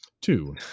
Two